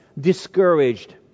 discouraged